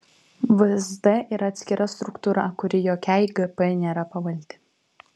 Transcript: vsd yra atskira struktūra kuri jokiai gp nėra pavaldi